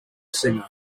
singer